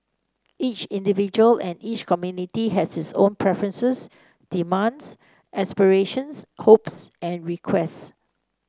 each individual and each community has its own preferences demands aspirations hopes and requests